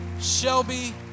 Shelby